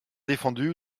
défendu